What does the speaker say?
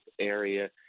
area